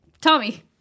tommy